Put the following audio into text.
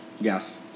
Yes